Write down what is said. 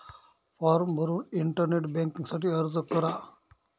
form भरून internet banking साठी अर्ज करा